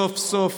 סוף-סוף,